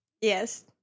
Yes